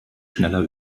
schneller